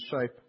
shape